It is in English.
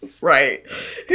right